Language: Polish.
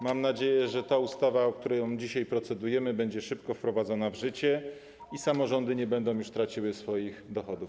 Mam nadzieję, że ta ustawa, nad którą dzisiaj procedujemy, będzie szybko wprowadzona w życie i samorządy nie będą już traciły swoich dochodów.